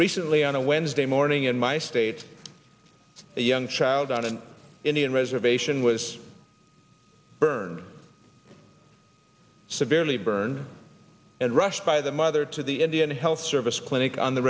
recently on a wednesday morning in my state a young child on an indian reservation was burned severely burned and rushed by the mother to the indian health service clinic on the